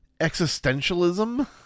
existentialism